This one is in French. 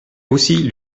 aussi